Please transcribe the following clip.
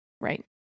Right